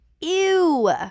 Ew